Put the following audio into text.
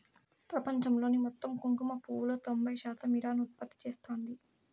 ప్రపంచంలోని మొత్తం కుంకుమ పువ్వులో తొంబై శాతం ఇరాన్ ఉత్పత్తి చేస్తాంది